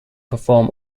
perform